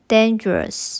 Dangerous